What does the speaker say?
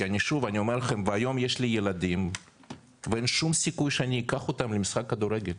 היום יש לי ילדים ואין שום סיכוי שאני אקח אותם למשחק כדורגל.